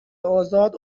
ازاد